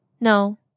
no